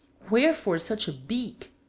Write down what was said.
wherefore such a beak?